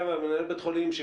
מנהל בית חולים,